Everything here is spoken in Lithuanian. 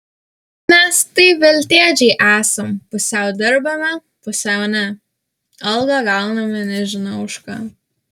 mes tai veltėdžiai esam pusiau dirbame pusiau ne algą gauname nežinia už ką